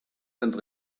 and